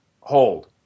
hold